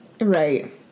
Right